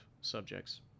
subjects